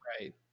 Right